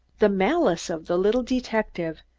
the malice of the little detective,